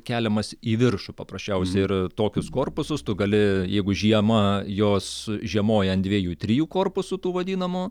keliamas į viršų paprasčiausia ir tokius korpusus tu gali jeigu žiemą jos žiemoja ant dviejų trijų korpusų tų vadinamų